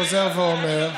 חוזר ואומר,